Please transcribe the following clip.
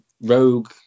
Rogue